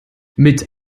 mit